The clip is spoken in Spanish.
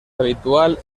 habitual